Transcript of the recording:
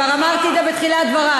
כבר אמרתי את זה בתחילת דברי: